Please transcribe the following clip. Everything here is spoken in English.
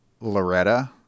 Loretta